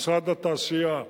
משרד התעשייה,